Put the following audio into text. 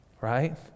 Right